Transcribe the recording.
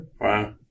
Wow